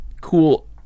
cool